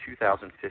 2015